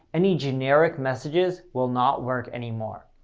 any generic messages will not work anymore.